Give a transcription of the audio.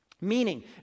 meaning